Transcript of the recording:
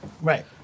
Right